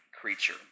creature